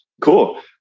cool